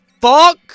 fuck